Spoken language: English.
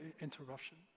interruption